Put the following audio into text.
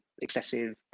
excessive